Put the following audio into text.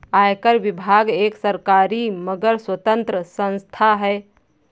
आयकर विभाग एक सरकारी मगर स्वतंत्र संस्था है